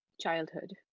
childhood